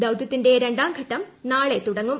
ദൌതൃത്തിന്റെ രണ്ടാംഘട്ടം നാളെ തുടങ്ങും